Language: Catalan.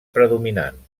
predominant